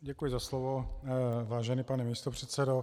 Děkuji za slovo, vážený pane místopředsedo.